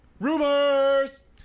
Rumors